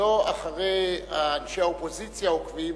שלא אחרי אנשי האופוזיציה עוקבים,